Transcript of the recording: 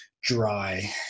dry